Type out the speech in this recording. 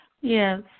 Yes